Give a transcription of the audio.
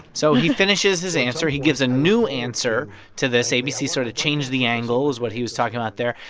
so he finishes his answer. he gives a new answer to this. abc sort of changed the angle is what he was talking about there.